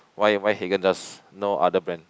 why why Haagen-Daz no other brand